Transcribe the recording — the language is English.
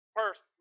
first